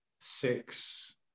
six